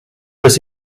was